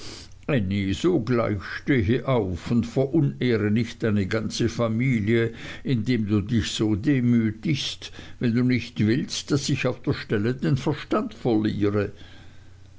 sogleich stehe auf und verunehre nicht deine ganze familie indem du dich so demütigst wenn du nicht willst daß ich auf der stelle den verstand verliere